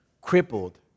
crippled